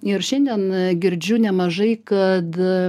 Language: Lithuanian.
ir šiandien girdžiu nemažai kad